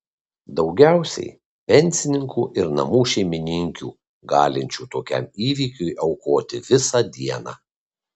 daugiausiai pensininkų ir namų šeimininkių galinčių tokiam įvykiui aukoti visą dieną